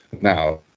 Now